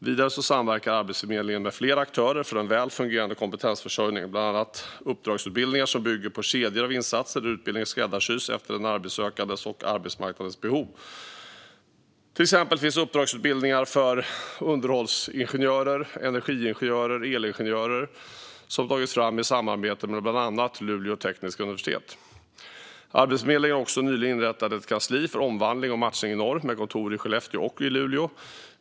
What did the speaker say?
Vidare samverkar Arbetsförmedlingen med flera aktörer för en väl fungerande kompetensförsörjning - det är bland annat uppdragsutbildningar som bygger på kedjor av insatser där utbildningen skräddarsys efter den arbetssökandes och arbetsmarknadens behov. Till exempel finns uppdragsutbildningar för underhållsingenjörer, energiingenjörer och elingenjörer som tagits fram i samarbete med bland annat Luleå tekniska universitet. Arbetsförmedlingen har också nyligen inrättat ett kansli för omvandling och matchning i norr, med kontor i Skellefteå och Luleå.